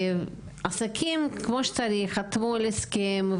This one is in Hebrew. עסקים, כמו שצריך, חתמו על הסכם.